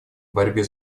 борьбе